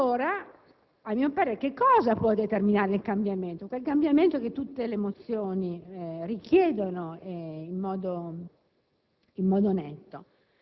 Ma allora, a mio parere, che cosa può determinare quel cambiamento che tutte le mozioni richiedono in modo